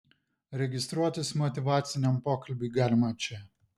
registruotis motyvaciniam pokalbiui galima čia